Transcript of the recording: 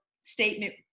statement